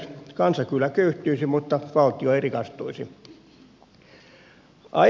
kansa kyllä köyhtyisi mutta valtio ei rikastuisi